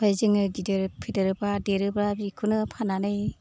आमफ्राय जोङो गिदिर फेदेरोबा देरोबा बिखौनो फाननानै